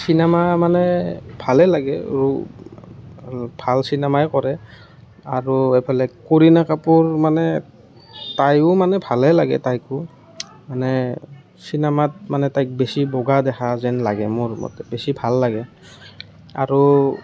cinema মানে ভালেই লাগে আৰু ভাল চিনেমাই কৰে আৰু এফালে কৰিণা কাপুৰ মানে তায়ো মানে ভালে লাগে তাইকো মানে চিনেমাত মানে তাইক বেছি বগা দেখা যেন লাগে মোৰ মতে বেছি ভাল লাগে আৰু